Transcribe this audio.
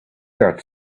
that